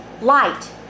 light